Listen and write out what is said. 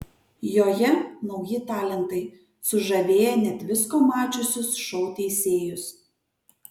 joje nauji talentai sužavėję net visko mačiusius šou teisėjus